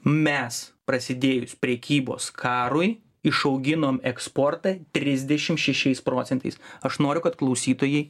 mes prasidėjus prekybos karui išauginom eksportą trisdešim šešiais procentais aš noriu kad klausytojai